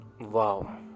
wow